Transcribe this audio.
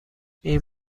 این